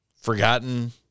forgotten